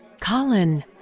Colin